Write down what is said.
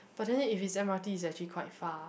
but then if it's m_r_t it's actually quite far